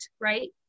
right